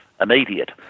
immediate